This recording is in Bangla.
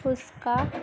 ফুচকা